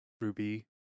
Ruby